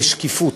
זה שקיפות,